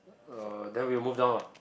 uh then we move down ah